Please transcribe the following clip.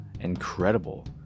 incredible